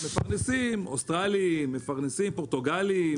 מפרנסים אוסטרלים, מפרנסים פורטוגלים.